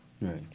Right